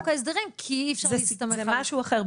ההסדרים כי אי אפשר להסתמך על זה אבל זה משהו אחר,